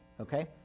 Okay